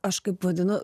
aš kaip vadinu